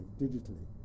digitally